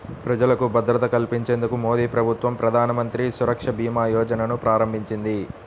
ప్రజలకు భద్రత కల్పించేందుకు మోదీప్రభుత్వం ప్రధానమంత్రి సురక్షభీమాయోజనను ప్రారంభించింది